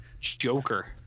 Joker